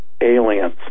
aliens